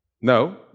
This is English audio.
No